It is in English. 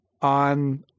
on